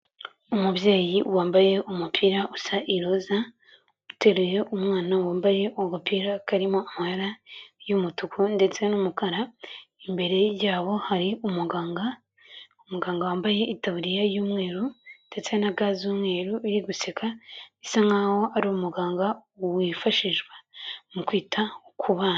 Umubyeyi wambaye umupira usa iroza, uterureye umwana wambaye agapira karimo amabara y'umutuku ndetse n'umukara, imbere yabo hari umuganga, umuganga wambaye itaburiya y'umweru ndetse na ga z'umweru uri guseka, bisa nkaho ari umuganga wifashishwa mu kwita ku bana.